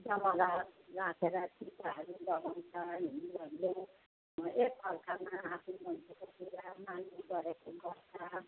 जमारा राखेर टिकाहरू लगाउँछ हिन्दूहरूले एक अर्कामा आफ्नो मान्छेको कुरा मान्ने गरेको गर्छ